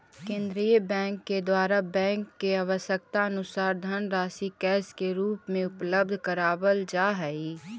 केंद्रीय बैंक के द्वारा बैंक के आवश्यकतानुसार धनराशि कैश के रूप में उपलब्ध करावल जा हई